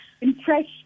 impressed